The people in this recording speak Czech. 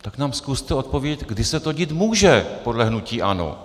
Tak nám zkuste odpovědět, kdy se to dít může podle hnutí ANO.